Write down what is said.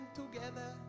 together